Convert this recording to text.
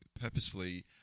Purposefully